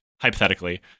hypothetically